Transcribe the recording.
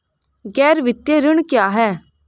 गैर वित्तीय ऋण क्या है?